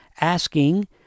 asking